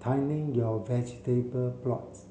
tilling your vegetable plots